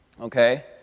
Okay